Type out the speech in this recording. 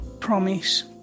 promise